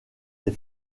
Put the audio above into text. des